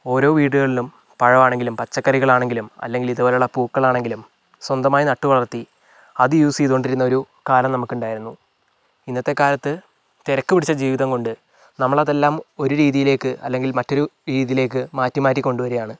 ഓരോ വീടുകളിലും പഴമാണെങ്കിലും പച്ചക്കറികളാണെങ്കിലും അല്ലെങ്കിൽ ഇതുപോലുള്ള പൂക്കളാണെങ്കിലും സ്വന്തമായി നട്ടുവളർത്തി അത് യൂസ് ചെയ്തോണ്ടിരുന്നൊരു കാലം നമുക്കുണ്ടായിരുന്നു ഇന്നത്തെ കാലത്ത് തിരക്ക് പിടിച്ച ജീവിതം കൊണ്ട് നമ്മളതെല്ലാം ഒരു രീതിയിലേക്ക് അല്ലെങ്കിൽ മറ്റൊരു രീതിയിലേക്ക് മാറ്റി മാറ്റി കൊണ്ടുവരുകയാണ്